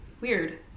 Weird